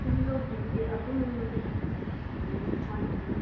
single digit ꯑꯗꯨꯝ ꯂꯩꯌꯦ ꯃꯥꯒꯤꯗꯨ